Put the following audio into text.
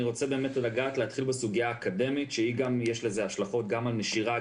אני רוצה להתחיל בסוגיה האקדמית יש לזה השלכות גם על נשירה,